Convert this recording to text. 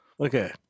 Okay